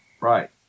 Right